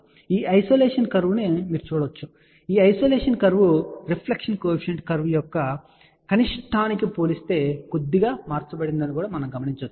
కాబట్టి ఈ isolation curve మీరు చూడవచ్చు మరియు ఈ isolation curve reflection coefficient curve యొక్క కనిష్టానికి పోలిస్తే కొద్దిగా మార్చబడిందని మీరు చూడవచ్చు